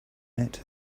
met